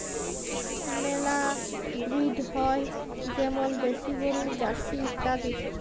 মেলা ব্রিড হ্যয় যেমল দেশি গরু, জার্সি ইত্যাদি